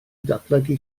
ddatblygu